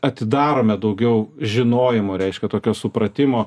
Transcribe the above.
atidarome daugiau žinojimo reiškia tokio supratimo